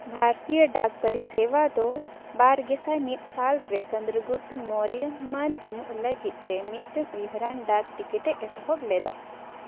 ᱵᱷᱟᱨᱛᱤᱭᱚ ᱰᱟᱠ ᱯᱟᱨᱤᱥᱮᱣᱟ ᱫᱚ ᱵᱟᱨ ᱜᱮᱥᱟᱭ ᱢᱤᱫ ᱥᱟᱞᱨᱮ ᱪᱚᱱᱫᱨᱚ ᱜᱩᱯᱛ ᱢᱳᱨᱭᱚ ᱢᱟᱱ ᱮᱢᱚᱜ ᱞᱟᱹᱜᱤᱫᱛᱮ ᱢᱤᱫᱴᱟᱝ ᱩᱭᱦᱟᱹᱨᱟᱱ ᱰᱟᱠ ᱴᱤᱠᱤᱴᱮ ᱮᱛᱚᱦᱚᱵ ᱞᱮᱫᱟ